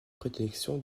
prédilection